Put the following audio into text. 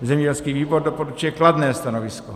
Zemědělský výbor doporučuje kladné stanovisko.